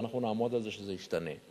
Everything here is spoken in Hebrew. ואנחנו נעמוד על זה שזה ישתנה.